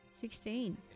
Sixteen